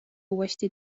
uuesti